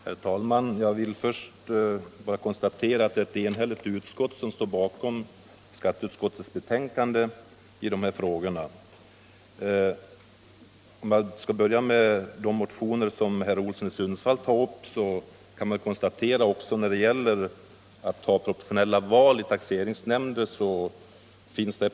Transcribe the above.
Herr talman! Först vill jag bara konstatera att det är ett enhälligt utskott som står bakom betänkandet i de här frågorna. För att börja med de motioner som herr Olsson i Sundsvall berörde kan man göra ett konstaterande när det gäller proportionella val till taxeringsnämnder.